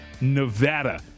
Nevada